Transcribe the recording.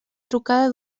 trucada